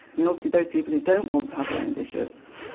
i mean obviously those people who don't want to have women bishops,